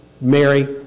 Mary